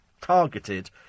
targeted